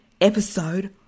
episode